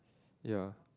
ya